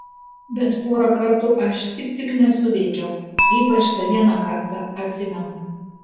bet porą kartų aš tik tik nesuveikiau ypač tą vieną kartą atsimenu